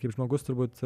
kaip žmogus turbūt